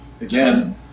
again